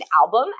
album